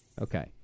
Okay